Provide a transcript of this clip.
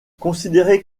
considérée